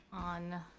on.